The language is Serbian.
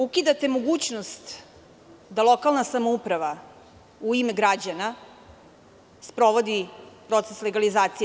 Ukidate mogućnost da lokalna samouprava, u ime građana, sprovodi proces legalizacije.